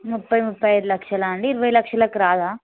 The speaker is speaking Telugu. ముప్పై ముప్పై ఐదు లక్షలా అండి ఇరవై లక్షలకి రాదా